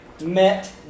met